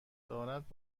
دارد